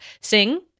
Sing